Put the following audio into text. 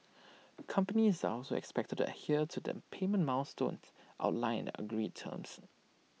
companies are also expected to adhere to the payment milestones outlined in the agreed terms